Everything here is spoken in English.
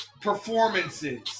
performances